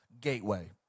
gateway